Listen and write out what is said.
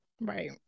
right